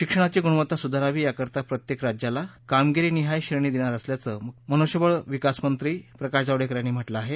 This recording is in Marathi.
शिक्षणाची गूणवत्ता सुधारावी याकरता प्रत्येक राज्यांला कामगिरी निहाय श्रेणी देणार असल्याचं मनुष्यबळ विकासमंत्री प्रकाश जावडेकर यांनी म्हटलं आहे